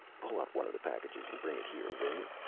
pull up one of the packages and bring it here, will you?